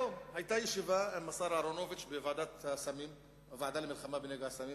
היום התקיימה ישיבה עם השר אהרונוביץ בוועדה למלחמה בנגע הסמים,